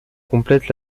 complète